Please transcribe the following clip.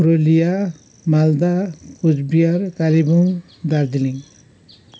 Purulia Malda Cooch Behar Kalimpong Darjeeling